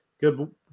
Good